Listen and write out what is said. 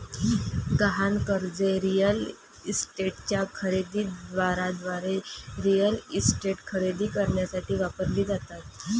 गहाण कर्जे रिअल इस्टेटच्या खरेदी दाराद्वारे रिअल इस्टेट खरेदी करण्यासाठी वापरली जातात